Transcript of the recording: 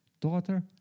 daughter